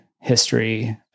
history